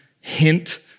hint